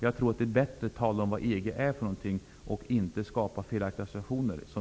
Jag tror att det är bättre att tala om vad EG är för något och inte att skapa felaktiga associationer.